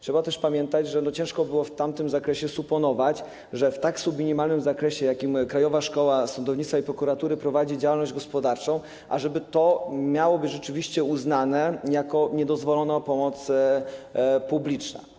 Trzeba też pamiętać, że ciężko było w tamtym zakresie suponować, ażeby to, że w tak subminimalnym zakresie Krajowa Szkoła Sądownictwa i Prokuratury prowadzi działalność gospodarczą, miało być rzeczywiście uznane za niedozwoloną pomoc publiczną.